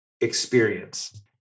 experience